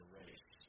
race